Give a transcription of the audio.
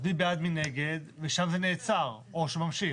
אז מי בעד ומי נגד ושם זה נעצר, או שזה ממשיך.